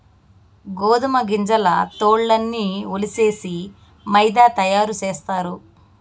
గోదుమ గింజల తోల్లన్నీ ఒలిసేసి మైదా తయారు సేస్తారు